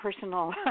personal